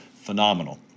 phenomenal